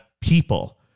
people